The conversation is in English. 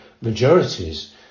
majorities